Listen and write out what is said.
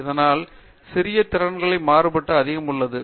இதனால் சிறிய திறன்களின் மறுபயன்பாட்டு அதிகம் உள்ளது